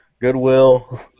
Goodwill